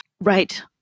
Right